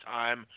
time